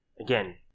Again